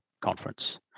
conference